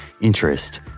interest